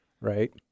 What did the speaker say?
right